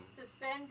Suspend